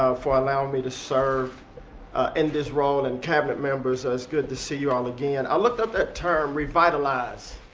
ah for allowing me to serve in this role. and then, cabinet members, ah it's good to see you all again. and i looked up that term, revitalize.